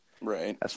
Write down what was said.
Right